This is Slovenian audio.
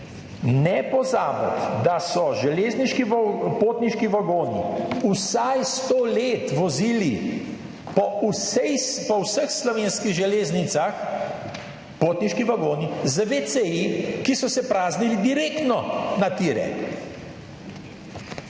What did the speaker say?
ne pozabiti, da so železniški potniški vagoni vsaj sto let vozili po vseh Slovenskih železnicah, potniški vagoni z WC-ji, ki so se praznili direktno na tire.